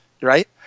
right